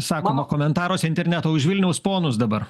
sakoma komentaruose interneto už vilniaus ponus dabar